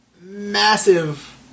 massive